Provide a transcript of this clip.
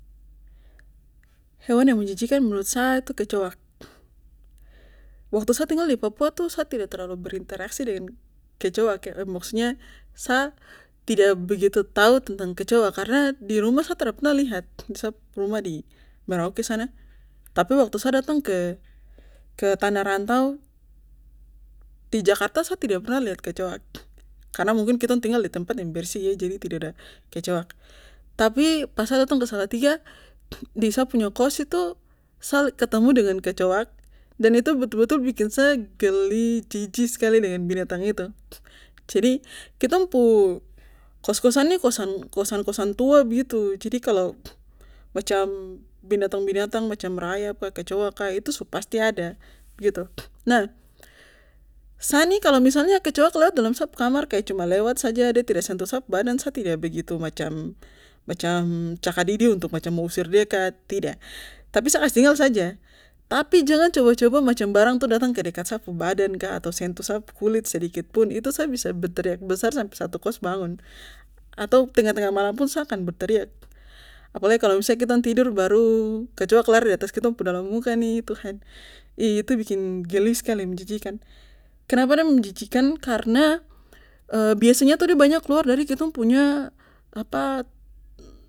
Hewan yang menjijikan menurut sa itu kecoak waktu sa tinggal di papua itu sa tidak terlalu berinteraksi dengan kecoak maksudnya sa tidak begitu tau tentang kecok karena di rumah sa tra pernah lihat di sap rumah di merauke sana tapi waktu sa datang ke ke tanah rantau di jakarta sa tidak pernah liat kecoak karena mungkin kitong tinggal di tempat yang bersih eh jadi tidak ada kecoak tapi pas sa datang ke salatiga di sa pu kos itu sa ketemu dengan kecoak dan itu betul betul bikin sa geli jijik skali dengan binatang itu jadi kitong pu kos kosan ini kosan kosan tua begitu jadi kalo macam binatang binatang macam rayap kah kecoak kah itu su pasti ada begitu. nah sa ini kalo misalnya kecoak lewat dalam sa pu kamar kaya cuma lewat saja de tidak sentuh sap badan sa tidak begitu macam macam cakadidi untuk mo usir de kah tidak tapi sa kas tinggal saja tapi jangan coba coba macam barang itu de datang ke dekat sa pu badan kah atau sentuh sa pu kulit sedikitpun itu sa bisa berteriak besar sampe satu kos bangun atau tengah tengah malam pun sa akan berteriak apalagi kalo misalnya kitong tidur baru kecoak lari diatas kitong pu dalam muka nih tuhan ih itu bikin geli skali menjijikan kenapa de menjijikan karna eh biasanya itu banyak keluar dari kitong punya apa